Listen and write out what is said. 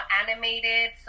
animated